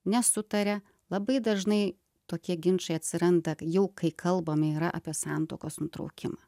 nesutaria labai dažnai tokie ginčai atsiranda jau kai kalbame yra apie santuokos nutraukimą